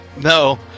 No